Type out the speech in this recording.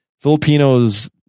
Filipinos